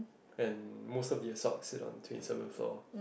and most of the asoc sit on the twenty seventh floor